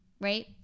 right